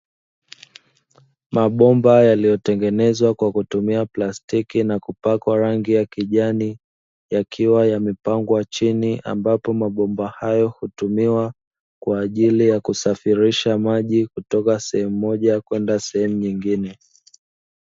mabomba yaliyotengenezwa kwa kutumia plastiki na kupakwa rangi ya kijani, yakiwa yamepangwa chini ambapo mabomba hayo hutumiwa kwa ajili ya kusafirisha maji kutoka sehemu moja kwenda sehemu nyingine.